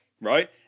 Right